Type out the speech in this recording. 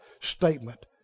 statement